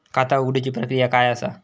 खाता उघडुची प्रक्रिया काय असा?